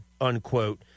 unquote